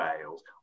fails